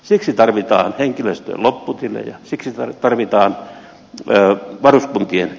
siksi tarvitaan henkilöstön lopputilejä siksi tarvitaan varuskuntien lakkauttamisia